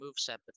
moveset